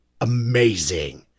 amazing